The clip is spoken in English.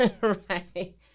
Right